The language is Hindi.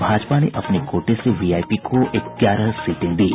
भाजपा ने अपने कोटे से वीआईपी को ग्यारह सीटें दीं